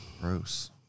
Gross